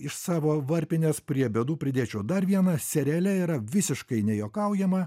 iš savo varpinės prie bėdų pridėčiau dar vieną seriale yra visiškai nejuokaujama